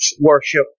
worship